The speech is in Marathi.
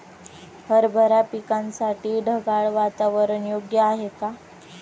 हरभरा पिकासाठी ढगाळ वातावरण योग्य आहे का?